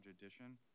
addition